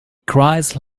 cries